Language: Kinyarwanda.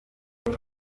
aba